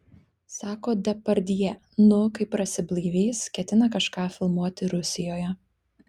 sako depardjė nu kai prasiblaivys ketina kažką filmuoti rusijoje